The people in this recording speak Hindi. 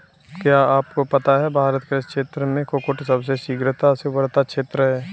क्या आपको पता है भारत कृषि क्षेत्र में कुक्कुट सबसे शीघ्रता से उभरता क्षेत्र है?